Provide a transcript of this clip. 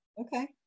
okay